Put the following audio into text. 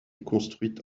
construite